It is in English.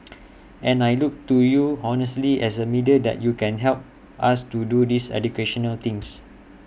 and I look to you honestly as A media that you can help us do this educational things